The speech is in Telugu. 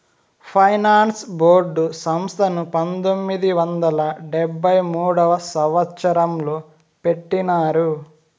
ఫైనాన్స్ బోర్డు సంస్థను పంతొమ్మిది వందల డెబ్భై మూడవ సంవచ్చరంలో పెట్టినారు